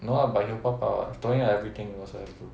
no lah but he will pop up [what] 抖音 like everything also have